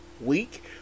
week